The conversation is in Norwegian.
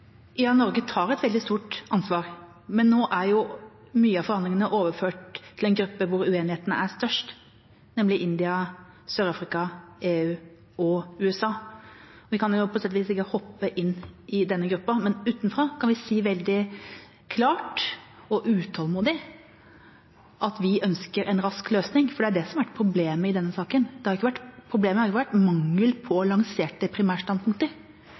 Ja, Norge tar et veldig stort ansvar, men nå er jo mye av forhandlingene overført til en gruppe hvor uenighetene er størst, nemlig India, Sør-Afrika, EU og USA. Vi kan på sett og vis ikke hoppe inn i denne gruppen, men utenfra kan vi si veldig klart og utålmodig at vi ønsker en rask løsning, for det er det som har vært problemet i denne saken. Problemet har ikke vært mangel på lanserte primærstandpunkter. Problemet har vært,